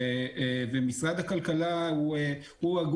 הם יעבירו לכל הגורמים הרלוונטיים,